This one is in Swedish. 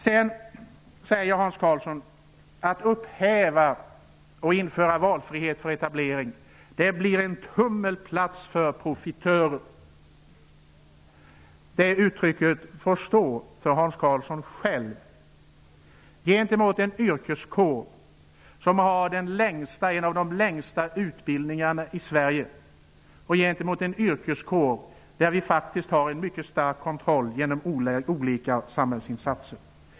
Sedan säger Hans Karlsson att om man skall upphäva bestämmelserna och införa valfrihet för etablering blir det en tummelplats för profitörer. Det uttrycket får stå för Hans Karlsson själv. Det sägs om en yrkeskår som har en av de längsta utbildningarna i Sverige, och en yrkeskår där vi faktiskt har en mycket stark kontroll genom olika samhällsinsatser.